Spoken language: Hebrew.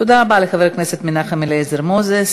תודה רבה לחבר הכנסת מנחם אליעזר מוזס.